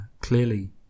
Clearly